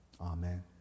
Amen